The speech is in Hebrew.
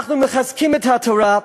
אנחנו מחזקים את התורה,